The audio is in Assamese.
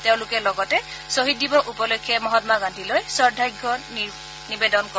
তেওঁলোকে লগতে শ্বহীদ দিৱস উপলক্ষে মহাম্মা গান্ধীলৈ শ্ৰদ্ধাৰ্ঘ্য নিবেদন কৰে